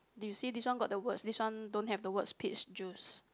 do you see this one got the words this one don't have the words peach juice